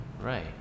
Right